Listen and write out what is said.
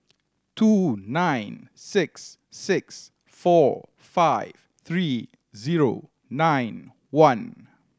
two nine six six four five three zero nine one